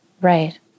Right